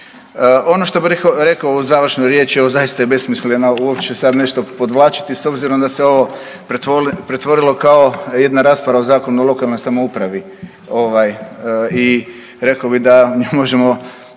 Ono što bih rekao u završnoj riječi evo zaista je besmisleno uopće sad nešto podvlačiti s obzirom da se ovo pretvorilo kao jedna rasprava o Zakonu o lokalnoj samoupravi. I rekao bih da mi možemo